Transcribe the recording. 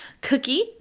cookie